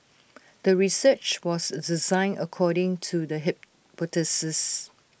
the research was designed according to the hypothesis